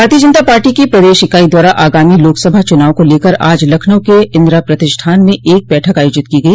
भारतीय जनता पार्टी की प्रदेश इकाई द्वारा आगामी लोकसभा चुनाव को लेकर आज लखनऊ के इंदिरा प्रतिष्ठान में एक बैठक आयोजित की गई